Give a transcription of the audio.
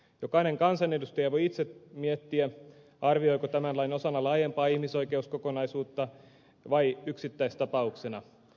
jokainen kansanedustaja voi itse miettiä arvioiko tämän lain osana laajempaa ihmisoikeuskokonaisuutta vai yksittäistapauksena